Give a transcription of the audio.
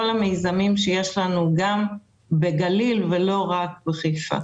המיזמים שיש לנו גם בגליל ולא רק בחיפה.